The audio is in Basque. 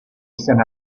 izen